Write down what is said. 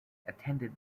attended